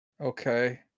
Okay